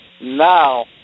now